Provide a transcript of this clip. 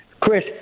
Chris